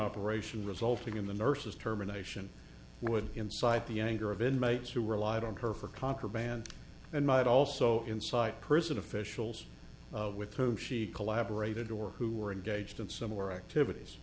operation resulting in the nurses terminations would incite the anger of inmates who relied on her for contraband and might also inside prison officials with whom she collaborated or who were engaged in similar activities